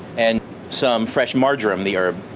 and some fresh marjoram, the herb,